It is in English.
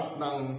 ng